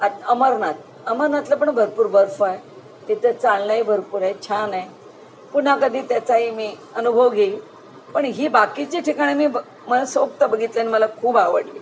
आत् अमरनाथ अमरनाथला पण भरपूर बर्फ आहे तिथं चालणंही भरपूर आहे छान आहे पुन्हा कधी त्याचाही मी अनुभव घेईल पण ही बाकीची ठिकाणे मी ब् मनसोक्त बघितल्यानं मला खूप आवडली